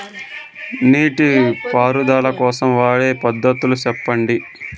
నీటి పారుదల కోసం వాడే పద్ధతులు సెప్పండి?